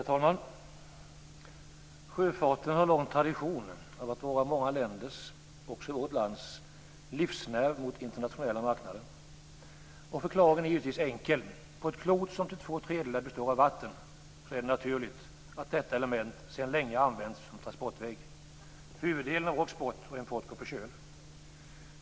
Herr talman! Sjöfarten har lång tradition av att vara många länders, också vårt lands, livsnerv mot internationella marknader. Och förklaringen är givetvis enkel. På ett klot som till två tredjedelar består av vatten är det naturligt att detta element sedan länge använts som transportväg. Huvuddelen av vår export och import går på köl.